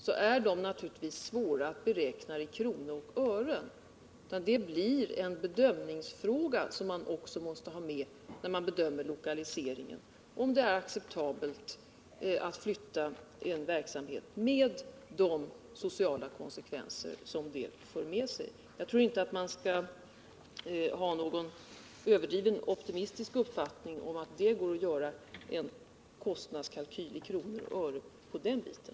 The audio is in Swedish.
Sådana kostnader är naturligtvis svåra att beräkna i kronor och ören. Det blir en bedömningsfråga som man också måste ta hänsyn till vid resonemangen om huruvida det är acceptabelt att flytta en verksamhet med de sociala konsekvenser som det för med sig. Jag tror inte att man skall ha någon överdrivet optimistisk uppfattning om att det går att göra en kostnadskalkyl i kronor och ören på den punkten.